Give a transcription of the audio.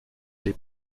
les